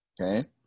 Okay